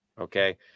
Okay